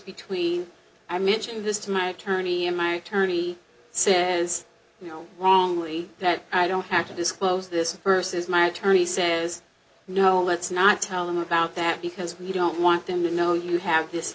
between i mentioned this to my attorney and my attorney says you know wrongly that i don't have to disclose this versus my attorney says no let's not tell him about that because we don't want him you know you have this